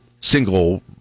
single